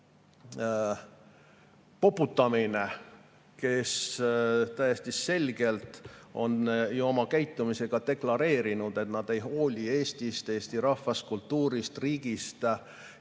poputamine, kes täiesti selgelt on ju oma käitumisega deklareerinud, et nad ei hooli Eestist, eesti rahvast, kultuurist, [Eesti]